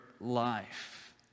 life